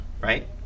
Right